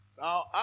now